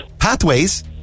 Pathways